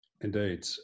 Indeed